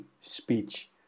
speech